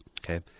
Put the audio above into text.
Okay